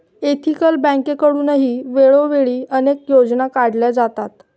ethical बँकेकडूनही वेळोवेळी अनेक योजना काढल्या जातात